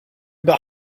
par